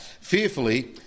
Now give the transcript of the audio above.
fearfully